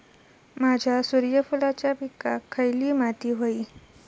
माझ्या सूर्यफुलाच्या पिकाक खयली माती व्हयी?